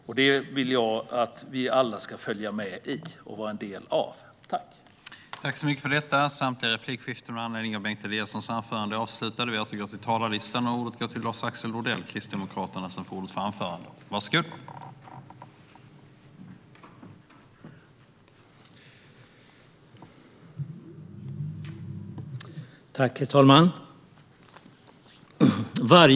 Jag vill att vi alla ska följa med i och vara en del av det.